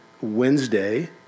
Wednesday